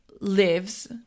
lives